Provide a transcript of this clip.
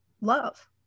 love